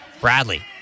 Bradley